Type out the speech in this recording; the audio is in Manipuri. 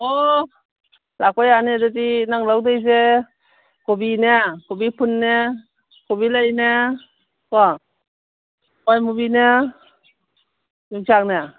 ꯑꯣ ꯂꯥꯛꯄ ꯌꯥꯅꯤ ꯑꯗꯨꯗꯤ ꯅꯪꯅ ꯂꯧꯒꯗꯣꯏꯁꯦ ꯀꯣꯕꯤꯅꯦ ꯀꯣꯕꯤ ꯐꯨꯜꯅꯦ ꯀꯣꯕꯤ ꯂꯩꯅꯦ ꯀꯣ ꯍꯋꯥꯏ ꯃꯨꯕꯤꯅꯦ ꯌꯣꯡꯆꯥꯛꯅꯦ